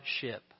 ship